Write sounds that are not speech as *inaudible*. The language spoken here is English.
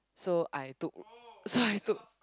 so I took *laughs* so I took